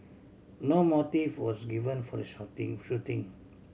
no motive was given for the shooting